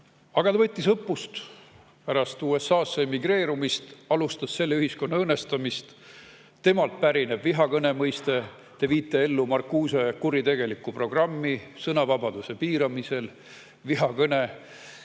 Aga ta võttis õppust: pärast USA‑sse emigreerumist alustas ta selle ühiskonna õõnestamist. Temalt pärineb vihakõne mõiste. Te viite ellu Marcuse kuritegelikku programmi sõnavabaduse piiramisel. Vihakõne,